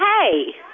Hey